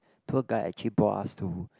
tour guide actually brought us to